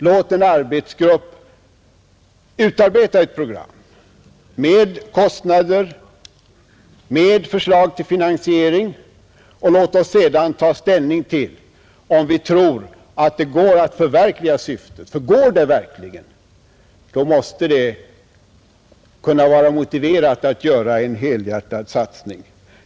Låt en arbetsgrupp utarbeta ett program, med förslag till finansiering, och låt oss sedan ta ställning till om man på denna väg kan förverkliga syftet. Kan syftet förverkligas måste det vara motiverat att göra en helhjärtad satsning.